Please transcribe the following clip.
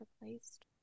replaced